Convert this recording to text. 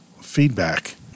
feedback